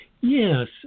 Yes